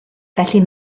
felly